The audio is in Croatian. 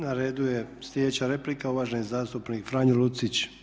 Na redu je, sljedeća replika uvaženi zastupnik Franjo Lucić.